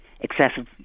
Excessive